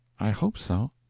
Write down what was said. i hope so.